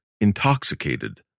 intoxicated